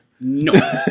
No